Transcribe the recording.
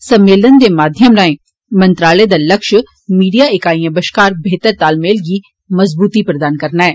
सम्मेलन दे माध्यम राएं मंत्रालय दा लक्ष्य मीडिया इकाइएं बष्कार बेहतर तालमेल गी मज़बूती प्रदान करना ऐ